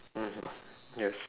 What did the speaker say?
mmhmm yes